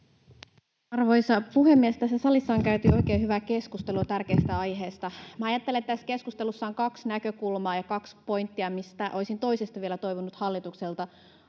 Arvoisa puhemies! Tässä salissa on käyty oikein hyvää keskustelua tärkeästä aiheesta. Ajattelen, että tässä keskustelussa on kaksi näkökulmaa ja kaksi pointtia, mistä olisin toisesta vielä toivonut hallitukselta